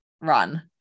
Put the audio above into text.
run